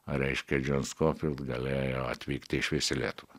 reiškias džion skofilt galėjo atvykti išvis į lietuvą